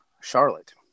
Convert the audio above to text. Charlotte